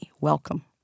welcome